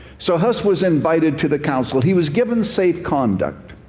so hus was invited to the council. he was given safe conduct.